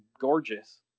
gorgeous